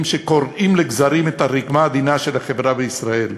שקורעים לגזרים את הרקמה העדינה של החברה בישראל,